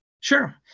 Sure